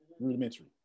rudimentary